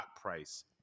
price